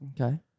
Okay